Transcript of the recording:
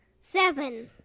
Seven